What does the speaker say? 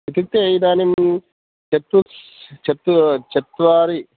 इत्युक्ते इदानीं चतुष् चत्वारि